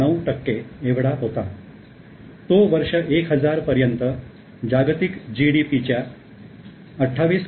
9 टक्के एवढा होता तो वर्ष 1000 पर्यंत जागतिक जीडीपीच्या 28